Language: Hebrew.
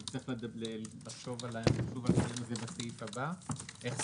נצטרך לחשוב על העניין הזה בסעיף הבא.